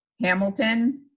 Hamilton